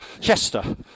Chester